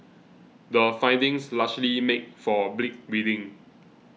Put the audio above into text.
the findings largely make for bleak reading